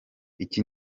iki